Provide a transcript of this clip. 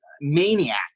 maniac